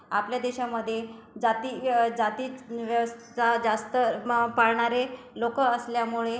आपल्या देशामध्ये जाती जाती व्यवस्था जास्त पाळणारे लोक असल्यामुळे